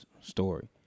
story